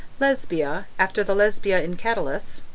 lesbia, after the lesbia in catullus.